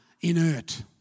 inert